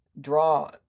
draw